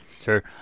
Sure